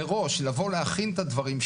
מראש לבוא להכין את הדברים,